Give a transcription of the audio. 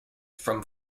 from